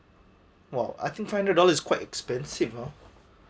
!wow! I think five hundred dollar is quite expensive ah